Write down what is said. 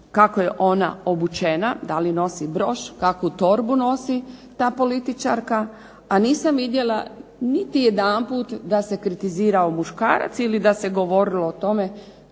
kako je ona obučena, da li nosi broš, kakvu torbu nosi ta političarka, a nisam vidjela niti jedanput da se kritizirao muškarac ili da se govorilo o tome